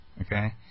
okay